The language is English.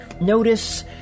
notice